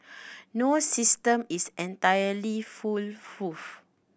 no system is entirely foolproof